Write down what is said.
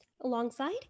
alongside